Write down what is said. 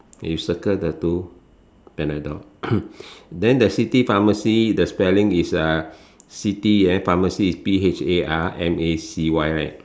you circle the two and the the then the city pharmacy the spelling is uh city then pharmacy is P H A R M A C Y right